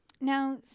now